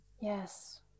yes